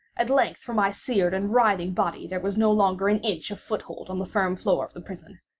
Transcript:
at length for my seared and writhing body there was no longer an inch of foothold on the firm floor of the prison.